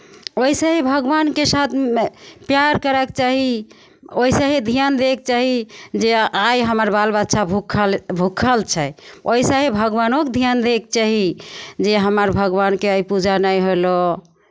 वइसे ही भगवानके साथमे प्यार करयके चाही वइसे ही धियान दयके चाही जे आइ हमर बाल बच्चा भूखल भूखल छै वइसे ही भगवानोके धियान दयके चाही जे हमर भगवानके आइ पूजा नहि होलौ